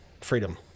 freedom